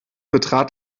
betrat